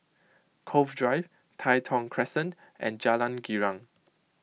Cove Drive Tai Thong Crescent and Jalan Girang